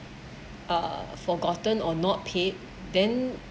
be uh forgotten or not paid then